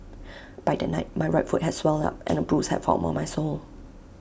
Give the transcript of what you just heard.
by that night my right foot had swelled up and A bruise had formed on my sole